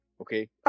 okay